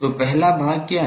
तो पहला भाग क्या है